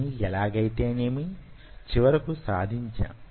కానీ యెలాగైతే ఏమి చివరకు సాధించాం